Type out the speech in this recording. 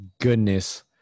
goodness